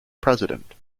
president